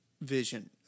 vision